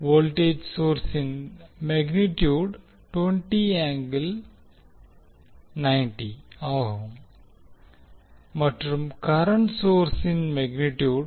voltage சோர்ஸின் magnitude ஆகும் மற்றும் கரண்ட் சோர்ஸின் மெக்னிடியூட்